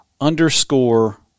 underscore